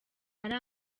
ari